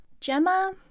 Gemma